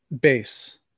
base